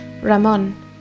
Ramon